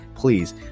Please